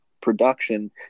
production